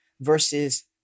versus